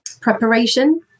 preparation